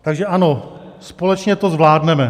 Takže ano, společně to zvládneme.